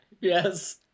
Yes